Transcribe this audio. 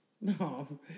No